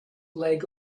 leg